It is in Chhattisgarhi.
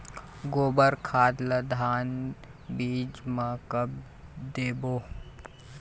गोबर खाद ला धान बीज म कब देबो?